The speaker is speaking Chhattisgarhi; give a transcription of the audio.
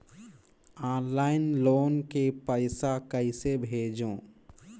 ऑनलाइन लोन के पईसा कइसे भेजों?